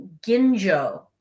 Ginjo